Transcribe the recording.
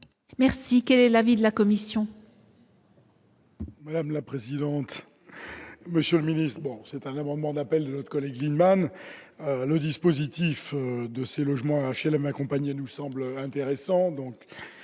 sujet. Quel est l'avis de la commission ?